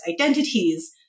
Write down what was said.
identities